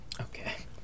Okay